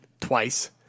twice